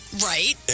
Right